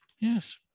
yes